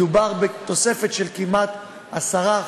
מדובר בתוספת של כ-10%,